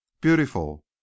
beautiful